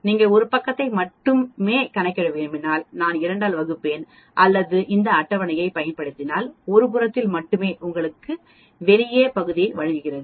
நீங்கள் ஒரு பக்கத்தை மட்டுமே கணக்கிட விரும்பினால் நான் 2 ஆல் வகுப்பேன் அல்லது இந்த அட்டவணையைப் பயன்படுத்தினால் ஒரு புறத்தில் மட்டுமே உங்களுக்கு வெளியே பகுதியை வழங்குகிறது